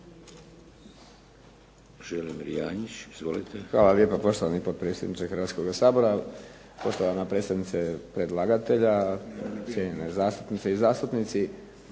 Hvala lijepa poštovani potpredsjedniče Hrvatskoga sabora, poštovana predsjednice predlagatelja, cijenjene zastupnice i zastupnici.